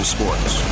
Sports